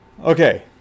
Okay